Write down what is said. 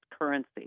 currency